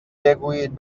بگویید